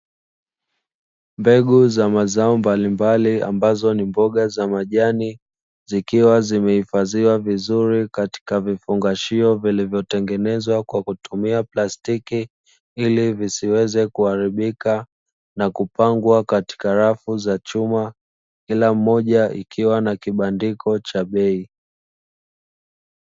Mbegu za mazao mbalimbali ambazo ni mboga za majani zikiwa zimehifadhiwa vizuri katika vifungashio vilivyotengenezwa kwa kutumia plastiki ili visiweze kuharibika na kupangwa katika rafu za chuma kilamoja ikiwa na kibandiko cha bei.